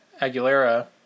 Aguilera